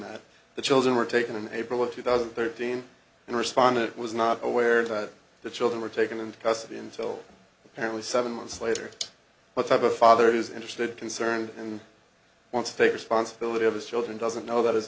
that the children were taken in april of two thousand and thirteen and respondent was not aware that the children were taken into custody until apparently seven months later what type of father is interested concerned and wants to take responsibility of his children doesn't know that his